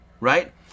right